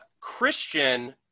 Christian